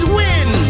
win